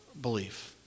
belief